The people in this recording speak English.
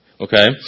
Okay